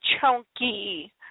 chunky